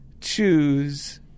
choose